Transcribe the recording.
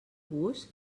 gust